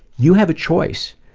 you have a choice,